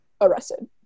arrested